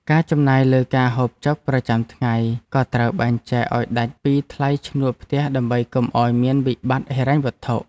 ការចំណាយលើការហូបចុកប្រចាំថ្ងៃក៏ត្រូវបែងចែកឱ្យដាច់ពីថ្លៃឈ្នួលផ្ទះដើម្បីកុំឱ្យមានវិបត្តិហិរញ្ញវត្ថុ។